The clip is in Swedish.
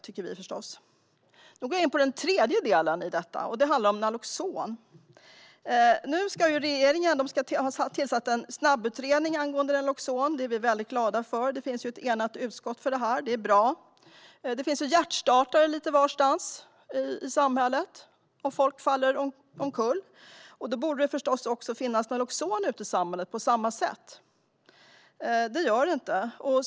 Jag går nu in på den tredje delen i mitt anförande, och den handlar om Naloxon. Regeringen har tillsatt en snabbutredning angående Naloxon, och det är vi väldigt glada för. Utskottet är enigt om detta, och det är bra. Det finns ju hjärtstartare lite varstans i samhället, att använda om folk faller omkull, och det borde på samma sätt finnas även Naloxon ute i samhället. Det gör det inte.